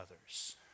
others